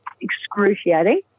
excruciating